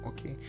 okay